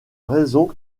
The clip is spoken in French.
raison